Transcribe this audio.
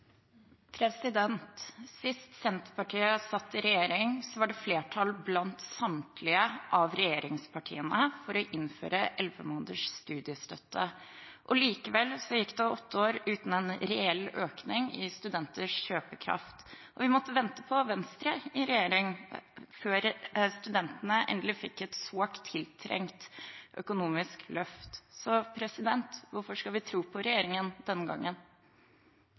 Sist Senterpartiet satt i regjering, var det flertall blant samtlige av regjeringspartiene for å innføre elleve måneders studiestøtte. Likevel gikk det åtte år uten en reell økning i studenters kjøpekraft, og vi måtte vente til Venstre kom i regjering før studentene endelig fikk et sårt tiltrengt økonomisk løft. Hvorfor skal vi tro på regjeringen denne gangen?